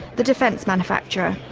the defence manufacturer.